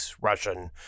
Russian